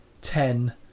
ten